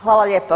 Hvala lijepo.